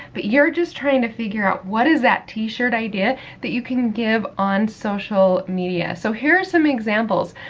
but you're just trying to figure out what is that t-shirt idea that you can give on social media? so, here are some examples.